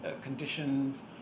conditions